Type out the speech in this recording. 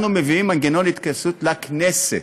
אז אנחנו מביאים מנגנון התכנסות לכנסת.